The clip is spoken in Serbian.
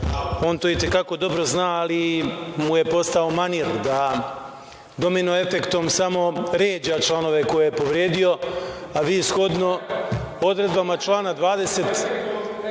On to i te kako dobro zna, ali mu je postao manir da domino efektom samo ređa članove koje je povredio, a vi shodno odredbama člana 27.